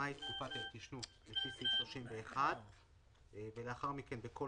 מהי תקופת ההתיישנות לפי סעיף 31 ולאחר מכן בכל